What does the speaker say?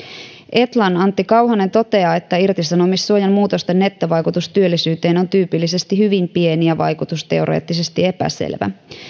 etlan antti kauhanen toteaa että irtisanomissuojan muutosten nettovaikutus työllisyyteen on tyypillisesti hyvin pieni ja vaikutus teoreettisesti epäselvä